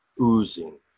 oozing